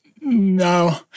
No